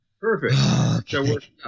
Perfect